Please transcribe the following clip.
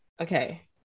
okay